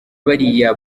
bariya